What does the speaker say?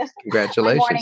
Congratulations